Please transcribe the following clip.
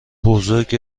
بزرگ